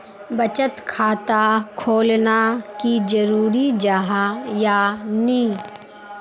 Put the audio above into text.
बचत खाता खोलना की जरूरी जाहा या नी?